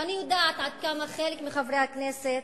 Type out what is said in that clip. ואני יודעת עד כמה חלק מחברי הכנסת,